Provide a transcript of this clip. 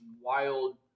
wild